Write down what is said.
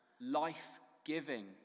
life-giving